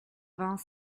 vingt